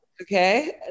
Okay